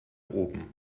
oben